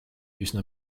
üsna